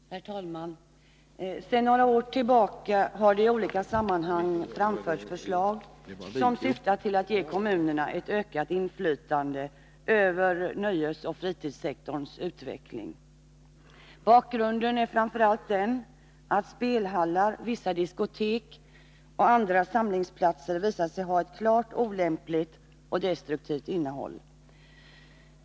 Herr talman! Sedan några år tillbaka har det i olika sammanhang framförts förslag som syftar till att ge kommunerna ett ökat inflytande över nöjesoch fritidssektorns utveckling. Bakgrunden är framför allt att spelhallar, vissa diskotek och andra liknande samlingsplatser visat sig ha en klart olämplig och destruktiv verksamhet.